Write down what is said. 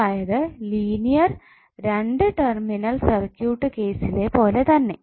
അതായത് linear 2 terminal circuit കേസിലെ പോലെ തന്നെ